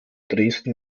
dresden